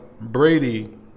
Brady